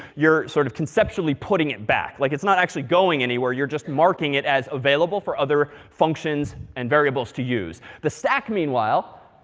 you're sort of conceptually putting it back. like, it's not actually going anywhere. you're just marking it as available for other functions and variables to use. the stack, meanwhile,